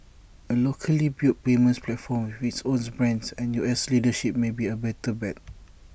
A locally built payments platform with its own brands and U S leadership may be A better bet